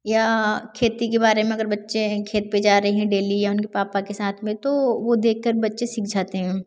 या खेती के बारे में अगर बच्चे खेत पर जा रहे हैं डेली या उनके पापा से साथ में तो वह देखकर बच्चे सीख जाते हैं